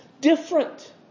different